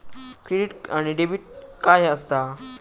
Credit आणि debit काय असता?